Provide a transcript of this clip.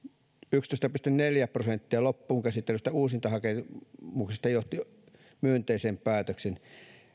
yksitoista pilkku neljä prosenttia loppuun käsitellyistä uusintahakemuksista johti myönteiseen päätökseen